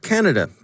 Canada